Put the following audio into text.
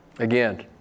again